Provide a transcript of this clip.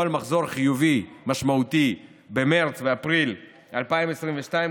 על מחזור חיובי משמעותי במרץ ואפריל 2022,